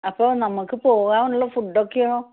അപ്പോള് നമുക്കു പോകാനുള്ള ഫുഡൊക്കെയോ